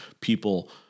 people